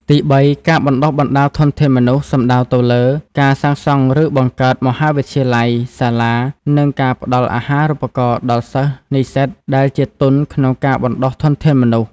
ទីបី ការបណ្ដុះបណ្ដាលធនធានមនុស្ស សំដៅទៅលើ ការសាងសង់ឬបង្កើតមហាវិទ្យាល័យ សាលា និងការផ្តល់អាហារូបករណ៍ដល់សិស្សនិស្សិតដែលជាទុនក្នុងការបណ្តុះធនធានមនុស្ស។